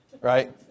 right